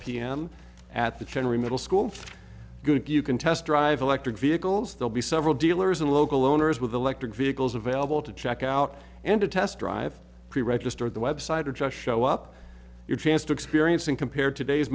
pm at the general middle school good you can test drive electric vehicles they'll be several dealers and local owners with electric vehicles available to check out and to test drive pre registered the website or just show up your chance to experience and compare today's